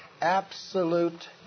absolute